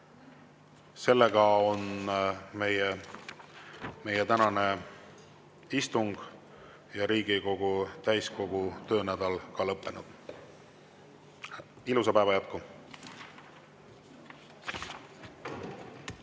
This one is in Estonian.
avada. Meie tänane istung ja ka Riigikogu täiskogu töönädal on lõppenud. Ilusat päeva jätku!